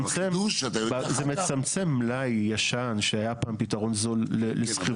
זה מצמצם מלאי ישן שהיה פעם פתרון זול לשכירות.